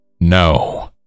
No